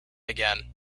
again